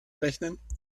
rechnen